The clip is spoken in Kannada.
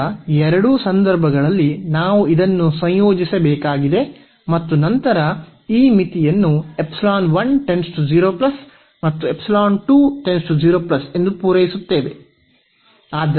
ಈಗ ಎರಡೂ ಸಂದರ್ಭಗಳಲ್ಲಿ ನಾವು ಇದನ್ನು ಸಂಯೋಜಿಸಬೇಕಾಗಿದೆ ಮತ್ತು ನಂತರ ನಾವು ಈ ಮಿತಿಯನ್ನು ಮತ್ತು ಈ ಎಂದು ಪೂರೈಸುತ್ತೇವೆ